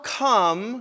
come